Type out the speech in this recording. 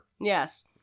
Yes